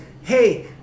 hey